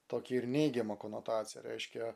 tokį ir neigiamą konotaciją reiškia